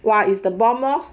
!wah! is the bomb lor